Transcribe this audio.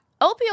Opioid